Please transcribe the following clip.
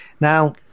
Now